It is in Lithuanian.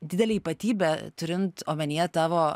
didelė ypatybė turint omenyje tavo